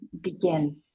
begin